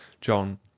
John